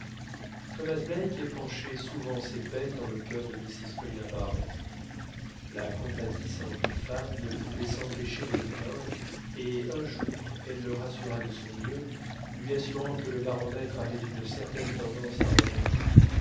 thomas black épanchait souvent ses peines dans le coeur de mrs paulina barnett la compatissante femme ne pouvait s'empêcher de le plaindre et un jour elle le rassura de son mieux lui assurant que le baromètre avait une certaine tendance à remonter